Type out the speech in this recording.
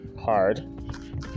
Hard